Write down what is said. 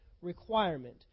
requirement